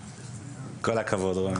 כל הכבוד רומי.